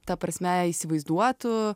ta prasme įsivaizduotų